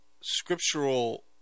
scriptural